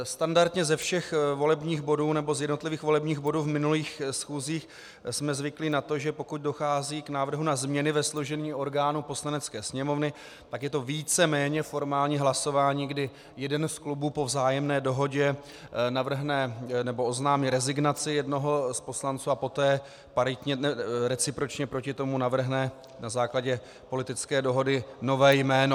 Standardně ze všech volebních bodů nebo z jednotlivých volebních bodů v minulých schůzích jsme zvyklí na to, že pokud dochází k návrhu na změny ve složení orgánů Poslanecké sněmovny, tak je to víceméně formální hlasování, kdy jeden z klubu po vzájemné dohodě navrhne nebo oznámí rezignaci jednoho z poslanců a poté paritně, recipročně, proti tomu navrhne na základě politické dohody nové jméno.